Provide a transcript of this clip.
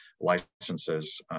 licenses